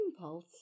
impulse